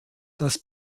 das